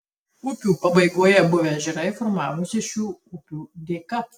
upių pabaigoje buvę ežerai formavosi šių upių dėka